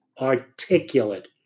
articulate